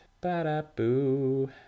Ba-da-boo